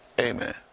Amen